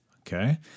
Okay